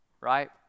Right